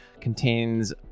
Contains